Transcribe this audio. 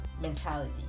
mentality